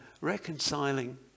reconciling